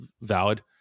valid